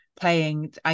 playing